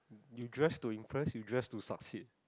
you dress to impress you dress to succeed